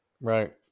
Right